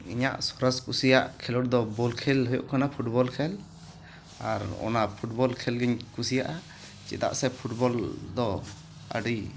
ᱤᱧᱟᱹᱜ ᱥᱚᱨᱮᱥ ᱠᱩᱥᱤᱭᱟᱜ ᱠᱷᱮᱞᱚᱰ ᱫᱚ ᱦᱩᱭᱩᱜ ᱠᱟᱱᱟ ᱵᱚᱞᱠᱷᱮᱞ ᱦᱩᱭᱩᱜ ᱠᱟᱱᱟ ᱯᱷᱩᱴᱵᱚᱞ ᱠᱷᱮᱞ ᱟᱨ ᱚᱱᱟ ᱯᱷᱩᱴᱵᱚᱞ ᱠᱷᱮᱞ ᱜᱤᱧ ᱠᱩᱥᱤᱭᱟᱜᱼᱟ ᱪᱮᱫᱟᱜ ᱥᱮ ᱯᱷᱩᱴᱵᱚᱞ ᱫᱚ ᱟᱹᱰᱤ